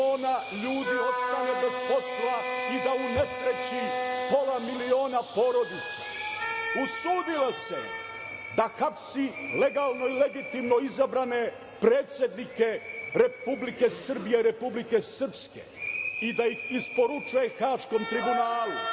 ljudi ostane bez posla i da unesreći pola miliona porodica. Usudila se da hapsi legalno i legitimno izabrane predsednike Republike Srbije, Republike Srpske i da ih isporučuje Haškom tribunalu.